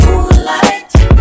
Moonlight